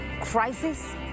crisis